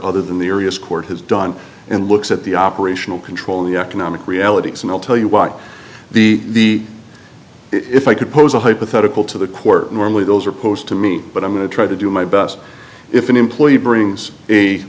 other than the areas court has done and looks at the operational control of the economic realities and i'll tell you what the if i could pose a hypothetical to the court normally those are opposed to me but i'm going to try to do my best if an employee brings a